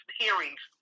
hearings